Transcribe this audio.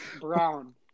brown